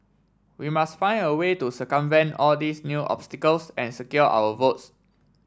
we must find a way to circumvent all these new obstacles and secure our votes